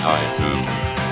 iTunes